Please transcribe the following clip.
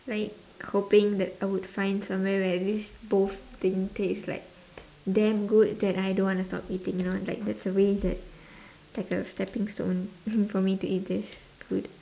like hoping that I would find somewhere where this both thing taste like damn good that I don't want to stop eating you know like there's always that like a stepping stone for me to eat this food